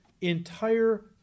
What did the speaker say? entire